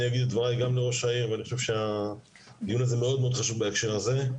אגיד את דברי גם לראש העיר ואני חושב שהדיון הזה חשוב מאוד בהקשר הזה.